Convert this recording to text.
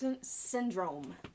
Syndrome